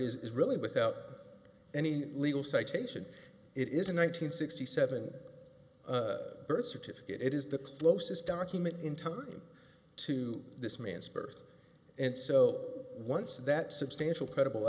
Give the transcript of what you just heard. is really without any legal citation it is a nine hundred sixty seven birth certificate it is the closest document in time to this man's birth and so once that substantial credible